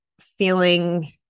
feeling